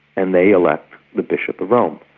and they elect the bishop of rome,